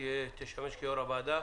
שתשמש כיו"ר הוועדה,